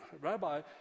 rabbi